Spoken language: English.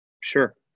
Sure